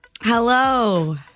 Hello